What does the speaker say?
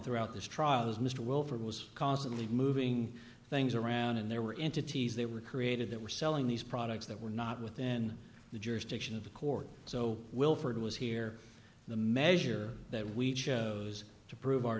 throughout this trial as mr wilfer was constantly moving things around and there were entities they were created that were selling these products that were not within the jurisdiction of the court so wilford was here the measure that we chose to prove our